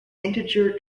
integer